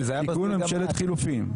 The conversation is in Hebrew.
תיקון ממשלת חילופים.